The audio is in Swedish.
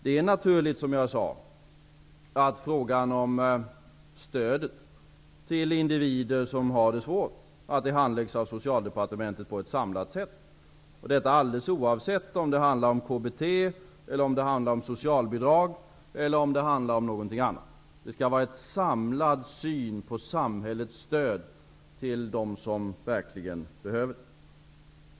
Som jag sade, är det naturligt att frågan om stödet till individer som har det svårt handläggs av Socialdepartementet på ett samlat sätt, detta alldeles oavsett om det handlar om KBT, socialbidrag eller något annat. Det skall vara en samlad syn på samhällets stöd till dem som verkligen behöver det.